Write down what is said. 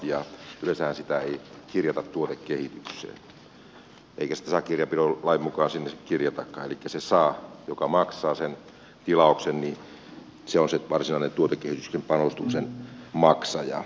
yleensähän sitä ei kirjata tuotekehitykseen eikä sitä saa kirjanpitolain mukaan sinne kirjatakaan elikkä se saaja joka maksaa sen tilauksen on se varsinainen tuotekehityspanostuksen maksaja